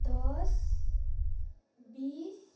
दस बिस